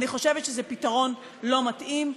אני חושבת שזה פתרון לא מתאים,